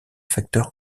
facteurs